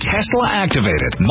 Tesla-activated